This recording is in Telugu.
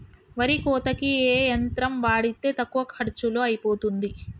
వరి కోతకి ఏ యంత్రం వాడితే తక్కువ ఖర్చులో అయిపోతుంది?